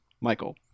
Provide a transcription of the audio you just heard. Michael